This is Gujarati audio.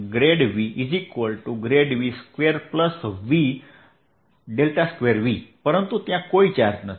VVV2V2V પરંતુ ત્યાં કોઈ ચાર્જ નથી